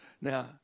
Now